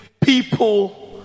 people